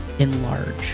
enlarge